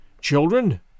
Children